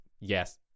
yes